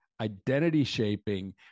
identity-shaping